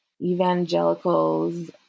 Evangelicals